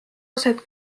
aset